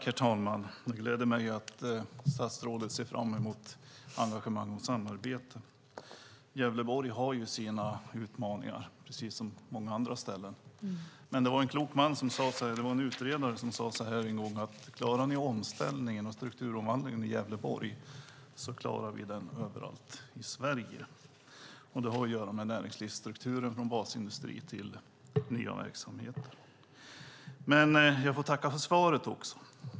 Herr talman! Det gläder mig att statsrådet ser fram emot engagemang och samarbete. Gävleborg har sina utmaningar precis som många andra ställen. Men det var en klok utredare som en gång sade: Klarar ni omställningen och strukturomvandlingen i Gävleborg klarar vi den överallt i Sverige. Det har att göra med näringslivsstrukturen från basindustri till nya verksamheter. Jag får tacka för svaret.